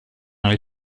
nel